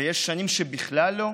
ויש שנים שבכלל לא,